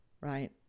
right